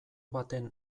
baten